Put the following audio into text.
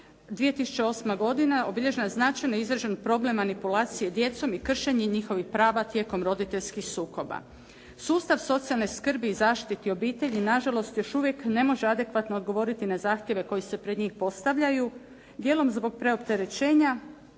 2008. godina obilježila je značajan izražen problem manipulacije djecom i kršenje njihovih prava tijekom roditeljskih sukoba. Sustav socijalne skrbi i zaštite obitelji, na žalost još uvije ne može adekvatno odgovoriti na zahtjeve koji se pred njih postavljaju, dijelom zbog preopterećenja,